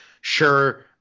Sure